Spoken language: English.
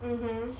mmhmm